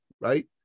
right